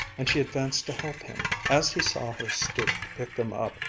and she advanced to help him. as he saw her stoop to pick them up,